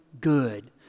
good